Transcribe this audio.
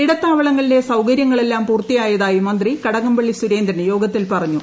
ഇടത്താവളങ്ങളിലെ സൌകര്യങ്ങളെല്ലാം പൂർത്തിയായതായി മന്ത്രി കടകംപള്ളി സുരേന്ദ്രൻ യോഗത്തിൽ പറഞ്ഞു